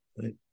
Right